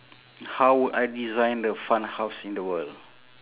how would I design the fun house in the world